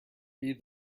feed